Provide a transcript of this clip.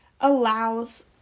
allows